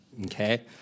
Okay